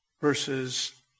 verses